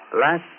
last